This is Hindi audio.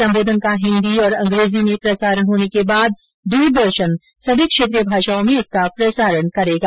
संबोधन का हिन्दी और अंग्रेजी में प्रसारण होने के बाद दूरदर्शन सभी क्षेत्रीय भाषाओं में इसका प्रसारण करेगा